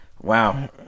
wow